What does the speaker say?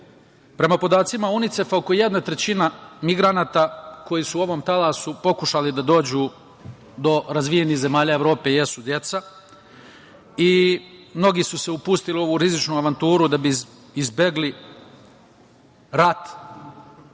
deca. Prema podacima UNICEF-a, oko jedna trećina migranata koji su u ovom talasu pokušali da dođu do razvijenih zemalja Evrope jesu deca i mnogi su se upustili u ovu rizičnu avanturu da bi izbegli rat